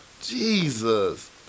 Jesus